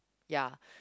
ya